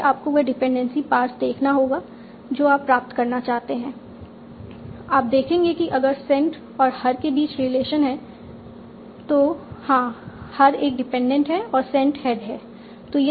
फिर से आपको वह डिपेंडेंसी पार्स देखना होगा जो आप प्राप्त करना चाहते हैं आप देखेंगे कि अगर सेंट और हर के बीच रिलेशन है तो हाँ हर एक डिपेंडेंट है और सेंट हेड है